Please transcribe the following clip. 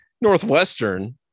Northwestern